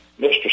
Mr